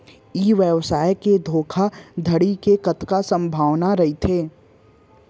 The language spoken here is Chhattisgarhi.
ई व्यवसाय म धोका धड़ी के कतका संभावना रहिथे?